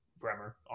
Bremer